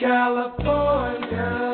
California